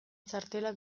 txartela